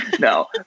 No